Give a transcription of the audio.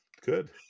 good